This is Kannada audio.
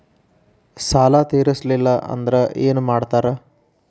ಸಾಲ ತೇರಿಸಲಿಲ್ಲ ಅಂದ್ರೆ ಏನು ಮಾಡ್ತಾರಾ?